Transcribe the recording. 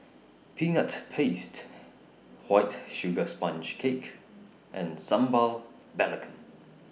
Peanut Paste White Sugar Sponge Cake and Sambal Belacan